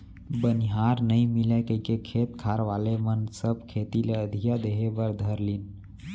बनिहार नइ मिलय कइके खेत खार वाले मन सब खेती ल अधिया देहे बर धर लिन